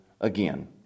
again